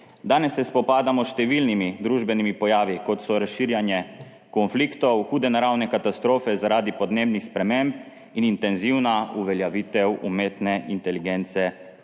Danes se spopadamo s številnimi družbenimi pojavi, kot so razširjanje konfliktov, hude naravne katastrofe zaradi podnebnih sprememb in intenzivna uveljavitev umetne inteligence